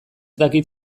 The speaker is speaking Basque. dakit